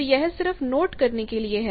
तो यह सिर्फ नोट करने के लिए है